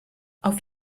auf